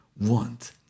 want